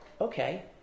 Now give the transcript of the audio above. okay